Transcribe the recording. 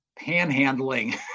panhandling